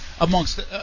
amongst